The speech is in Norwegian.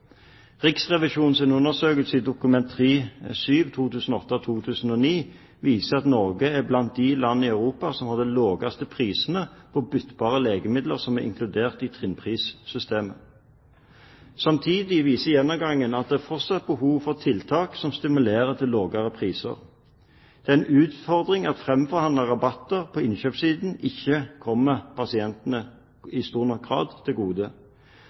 undersøkelse, Dokument nr. 3:7 for 2008–2009, viser at Norge er blant de land i Europa som har de laveste prisene på byttbare legemidler som er inkludert i trinnprissystemet. Samtidig viser gjennomgangen at det fortsatt er behov for tiltak som stimulerer til lavere priser. Det er en utfordring at fremforhandlede rabatter på innkjøpssiden ikke kommer pasientene i stor nok grad til gode.